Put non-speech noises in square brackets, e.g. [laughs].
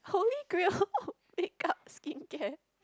holy grail of [laughs] makeup skincare